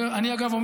אגב,